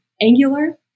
Angular